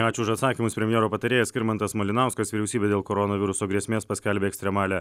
ačiū už atsakymus premjero patarėjas skirmantas malinauskas vyriausybė dėl koronaviruso grėsmės paskelbė ekstremalią